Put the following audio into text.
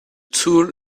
tool